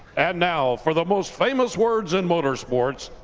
and now for the most famous words in motorsports,